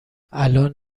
الان